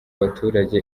abaturage